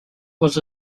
was